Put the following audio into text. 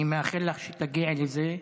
אני מאחל לה שתגיע לזה,